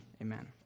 amen